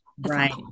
right